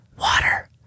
water